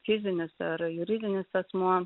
fizinis ar juridinis asmuo